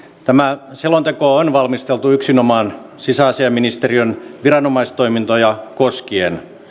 tämä selonteko on valmisteltu yksinomaan sisäasiainministeriön viranomaistoimintoja koskien